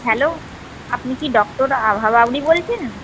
hello আপনি কি doctor Abha বলছেন